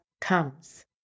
comes